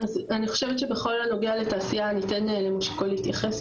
אז אני חושבת שבכל הנוגע לתעשייה ניתן למושיקו להתייחס,